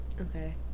Okay